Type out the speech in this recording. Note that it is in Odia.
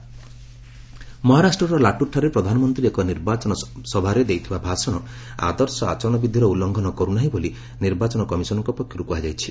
ଇସି ବିଜେପି କଂଗ୍ରେସ ମହାରାଷ୍ଟ୍ରର ଲାଟୁର୍ଠାରେ ପ୍ରଧାନମନ୍ତ୍ରୀ ଏକ ନିର୍ବାଚନ ସଭାରେ ଦେଇଥିବା ଭାଷଣ ଆଦର୍ଶ ଆଚରଣ ବିଧିର ଉଲ୍ଲ୍ଲଂଘନ କରୁନାହିଁ ବୋଲି ନିର୍ବାଚନ କମିଶନଙ୍କ ପକ୍ଷରୁ କୁହାଯାଇଛି